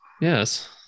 Yes